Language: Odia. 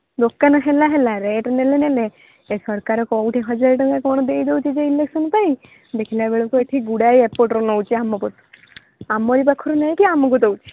ଦୋକାନ ହେଲା ହେଲା ରେଟ୍ ନେଲେ ନେଲେ ସେ ସରକାର କେଉଁଠି ହଜାର ଟଙ୍କା କ'ଣ ଦେଇ ଦେଉଛି ଇଲେକ୍ସନ୍ ପାଇଁ ଦେଖିଲା ବେଳକୁ ଏଠି ଗୁଡ଼ାଏ ପଟରୁ ନେଉଛି ଆମ କତିରୁ ନେଉଛି ଆମରି ପାଖରୁ ନେଇକି ଆମକୁ ଦେଉଛି